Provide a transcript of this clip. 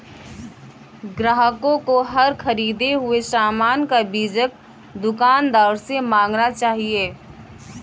ग्राहकों को हर ख़रीदे हुए सामान का बीजक दुकानदार से मांगना चाहिए